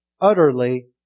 utterly